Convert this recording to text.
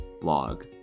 blog